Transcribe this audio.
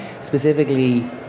Specifically